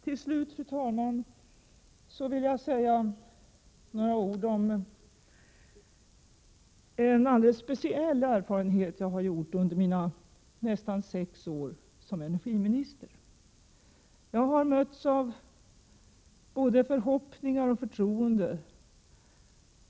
Till slut vill jag, fru talman, säga några ord om en alldeles speciell erfarenhet som jag har gjort under mina nästan sex år som energiminister. Jag har mötts av både förhoppningar och förtroenden.